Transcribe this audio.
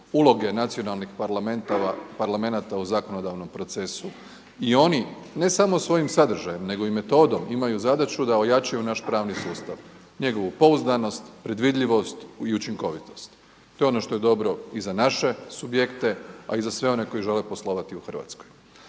uloge nacionalnih parlamenata u zakonodavnom procesu. I oni ne samo svojim sadržajem nego i metodom imaju zadaću da ojačaju naš pravni sustav, njegovu pouzdanost, predvidljivost i učinkovitost. To je ono što je dobro i za naše subjekte a i za sve one koji žele poslovati u Hrvatskoj.